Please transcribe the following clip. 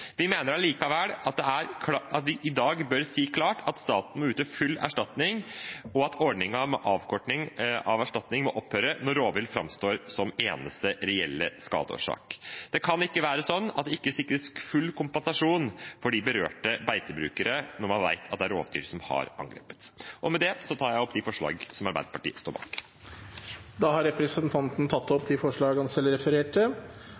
Vi mener likevel at vi i dag bør si klart at staten må yte full erstatning, og at ordningen med avkortning av erstatning må opphøre når rovvilt framstår som eneste reelle skadeårsak. Det kan ikke være slik at det ikke sikres full kompensasjon for de berørte beitebrukerne når man vet at det er rovdyr som har angrepet. Med det tar jeg opp de forslagene som Arbeiderpartiet står bak. Representanten Åsmund Aukrust har tatt opp de forslagene han refererte